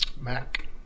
Mac